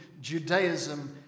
Judaism